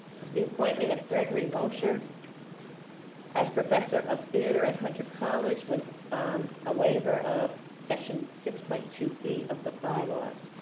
the appointment of gregory mosher as professor of theater at hunter college with a waiver of section six point two b of the bylaws.